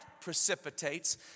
precipitates